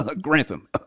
Grantham